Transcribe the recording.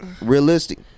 Realistic